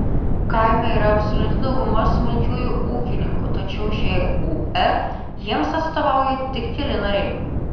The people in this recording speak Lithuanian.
kaime yra absoliuti dauguma smulkiųjų ūkininkų tačiau žūr jiems atstovauja tik keli nariai